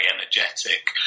energetic